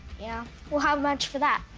yeah. well, how much for that?